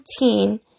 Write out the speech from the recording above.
routine